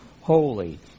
holy